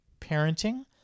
parenting